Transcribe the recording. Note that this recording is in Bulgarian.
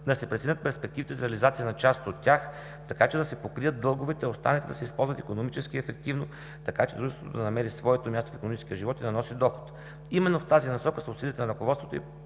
да се преценят перспективите за реализация на част от тях, така че да се покрият дълговете, а останалите да се използват икономически ефективно, така че Дружеството да намери своето място в икономическия живот и да носи доход. Именно в тази насока са усилията на ръководството и